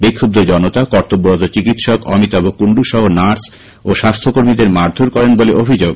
বিক্ষুব্ধ জনতা কর্তব্যরত চিকিৎসক অমিতাভ কুন্ডু এবং নার্স ও স্বাস্থ্যকর্মীদের মারধোর করেন বলে অভিযোগ